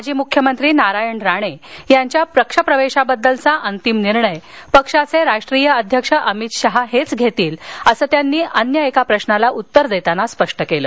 माजी मुख्यमंत्री नारायण राणे यांच्या पक्ष प्रवेशाबद्दल चा अंतिम निर्णय पक्षाचे राष्ट्रीय अध्यक्ष अमित शहा हेच घेतील असं त्यांनी अन्य एका प्रश्नाला उत्तर देताना स्पष्ट केलं